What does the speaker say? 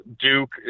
Duke